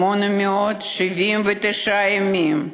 879 ימים,